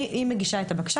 היא מגישה את הבקשה,